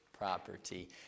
Property